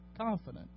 confident